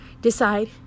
decide